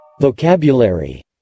Vocabulary